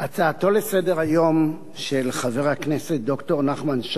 הצעתו לסדר-היום של חבר הכנסת ד"ר נחמן שי